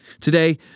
Today